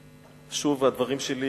שוב, הדברים שלי